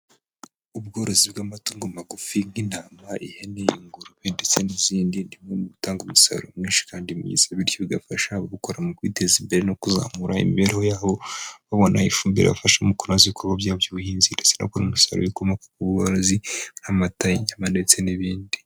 Ubworozi bw'amatungo magufi nk'intama, ihene, ingurube ndetse n'izindi ni bimwe mu bitanga umusaruro mwinshi kandi mwiza, bityo bigafasha ubikora mu kwiteza imbere no kuzamura imibereho yaho babonaho ifumbire ibafasha mu kunoza ibikorwa byabo by'ubuhinzi ndetse no kubona umusaruro ukomoka ku bworozi, amata, inyama ndetse n'ibindi.